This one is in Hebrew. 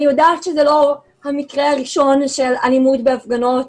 אני יודעת שזה לא המקרה הראשון של אלימות בהפגנות,